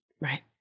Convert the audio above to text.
Right